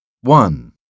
one